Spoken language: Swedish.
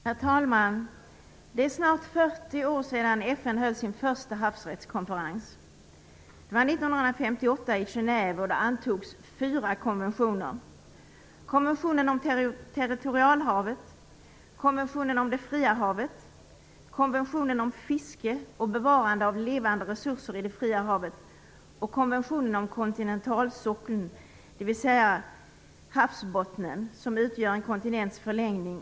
Herr talman! Det är snart 40 år sedan FN höll sin första havsrättskonferens. Det var 1958 i Genève, och då antogs fyra konventioner: konventionen om territorialhavet, konventionen om det fria havet, konventionen om fiske och bevarande av levande resurser i det fria havet och konventionen om kontinentalsockeln, dvs. havsbottnen som utgör en kontinents förlängning.